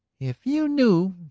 if you knew,